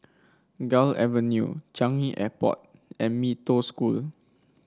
Gul Avenue Changi Airport and Mee Toh School